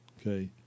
Okay